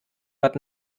but